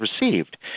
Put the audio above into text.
received